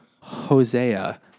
Hosea